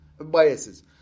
biases